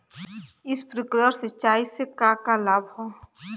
Sprinkler सिंचाई से का का लाभ ह?